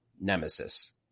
Nemesis